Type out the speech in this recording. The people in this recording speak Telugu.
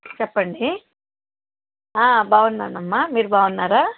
చెప్పండి బాగున్నానమ్మా మీరు బాగున్నారా